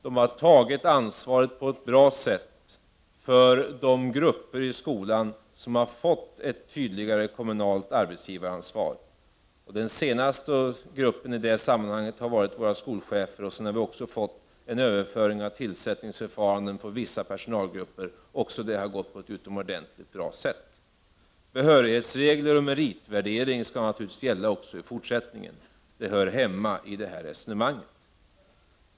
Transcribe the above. De har tagit ansvaret på ett bra sätt för de grupper i skolan som man fått ett tydligt kommunalt arbetsgivaransvar för. Den senaste gruppen i det sammanhanget har varit våra skolchefer. Vi har också fått en överföring av tillsättningsförfarandet för vissa personalgrupper. Även det har gått på ett utomordentligt bra sätt. Behörighetsregler och meritvärdering skall naturligtvis gälla också i fortsättningen. De hör hemma i det här resonemanget.